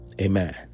Amen